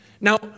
Now